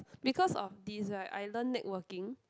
because of this right I learnt networking